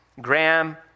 Graham